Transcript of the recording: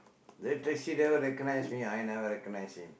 the taxi driver recognised me I never recognised him